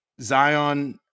Zion